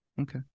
Okay